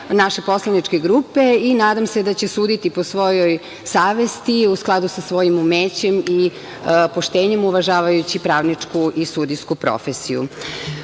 naše poslaničke grupe. Nadam se da će suditi po svojoj savesti, u skladu sa svojim umećem i poštenjem, uvažavajući pravničku i sudijsku